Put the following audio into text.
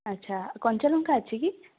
ଆଚ୍ଛା କଞ୍ଚାଲଙ୍କା ଅଛି କି